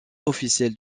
officielle